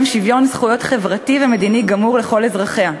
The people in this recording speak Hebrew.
שוויון זכויות חברתי ומדיני גמור לכל אזרחיה,